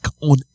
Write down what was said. on